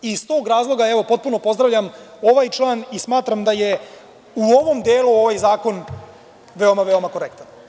Iz tog razloga, potpuno pozdravljam ovaj član i smatram da je u ovom delu ovaj zakon veoma, veoma korektan.